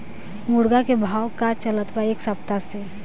मुर्गा के भाव का चलत बा एक सप्ताह से?